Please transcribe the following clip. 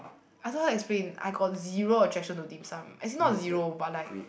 I don't know how to explain I got zero attraction to dim sum as in not zero but like